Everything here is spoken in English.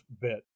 bit